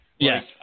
Yes